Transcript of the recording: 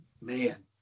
Man